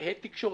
הד תקשורתי,